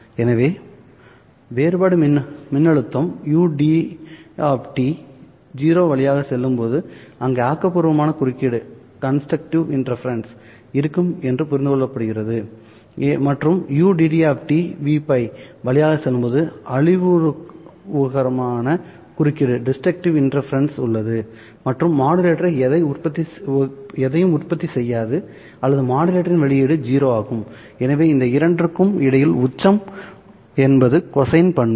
எனவே வேறுபாடு மின்னழுத்தம் ud 0 வழியாக செல்லும்போது அங்கே ஆக்கபூர்வமான குறுக்கீடு இருக்கும் என்று புரிந்து கொள்ளப்படுகிறது மற்றும் ud Vπ வழியாக செல்லும் போது அழிவுகரமான குறுக்கீடு உள்ளது மற்றும் மாடுலேட்டர் எதையும் உற்பத்தி செய்யாது அல்லது மாடுலேட்டரின் வெளியீடு 0 ஆகும் எனவே இந்த இரண்டிற்கும் இடையில் உச்சம் என்பது கொசைன் பண்பு